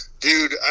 Dude